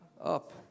up